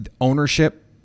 ownership